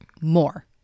more